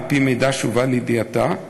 על-פי מידע שהובא לידיעתה,